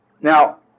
now